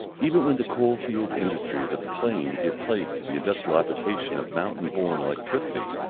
even when the coal-field industries of the plain give place to the industrial application of mountain-born electricity,